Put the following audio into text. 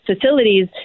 facilities